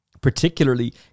particularly